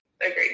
Agreed